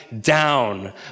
down